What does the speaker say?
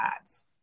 ads